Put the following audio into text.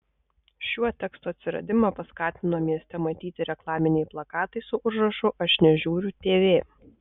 šiuo teksto atsiradimą paskatino mieste matyti reklaminiai plakatai su užrašu aš nežiūriu tv